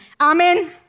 Amen